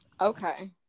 okay